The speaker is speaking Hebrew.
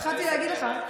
התחלתי להגיד לך,